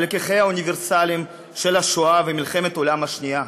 על לקחיהן האוניברסליים של השואה ומלחמת העולם השנייה.